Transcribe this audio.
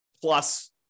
plus